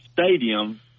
stadium